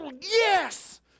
yes